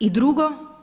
I drugo.